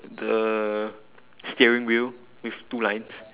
the steering wheel with two lines